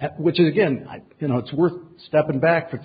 at which again you know it's we're stepping back for two